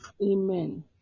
Amen